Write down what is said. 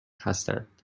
هستند